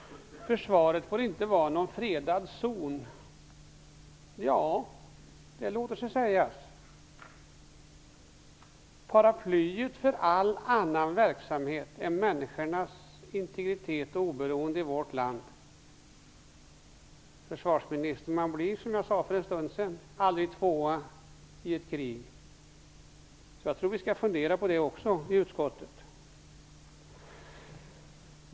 Försvaret får inte vara någon fredad zon. Ja, det låter sig sägas - paraplyet för all annan verksamhet än människornas integritet och oberoende i vårt land. Försvarsministern, man blir, som jag sade för en stund sedan, aldrig tvåa i ett krig. Jag tror att vi skall fundera på det också i utskottet.